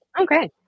okay